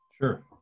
Sure